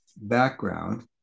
background